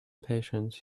patience